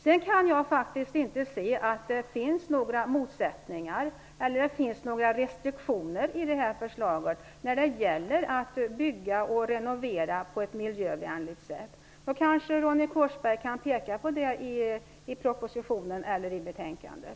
Jag kan faktiskt inte se att det finns några motsättningar eller restriktioner i förslaget när det gäller att bygga och renovera på ett miljövänligt sätt. Ronny Korsberg kan kanske peka på det i propositionen eller i betänkandet.